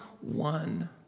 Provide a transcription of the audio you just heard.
one